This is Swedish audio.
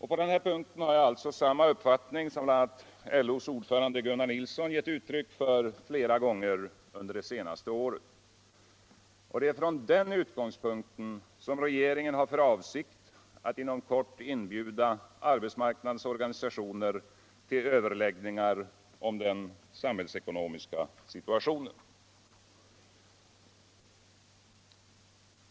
På den här punkten har jag alltså samma uppfattning som bl.a. LÖ:s ordförande Gunnar Nilsson geu uttryck för flera gångcr under det senaste året. Det är från den utgångspunkten som regeringen har för avsikt att inom kort inbjuda arbetsmarknadens organisationer till överläggningar om den samhiällsekonomiska situationen.